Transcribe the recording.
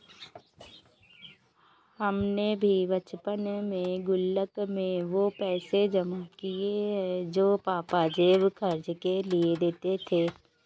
हमने भी बचपन में गुल्लक में वो पैसे जमा किये हैं जो पापा जेब खर्च के लिए देते थे